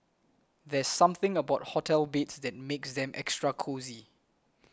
there's something about hotel beds that makes them extra cosy